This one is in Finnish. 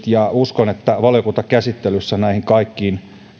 ja uskon että valiokuntakäsittelyssä näihin kaikkiin